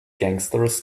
gangsters